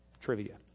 trivia